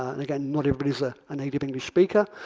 and again, not everybody is a and native english speaker.